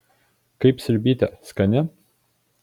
kaip sriubytė skani